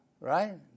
right